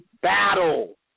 battle